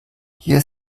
hier